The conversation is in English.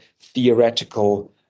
theoretical